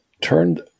turned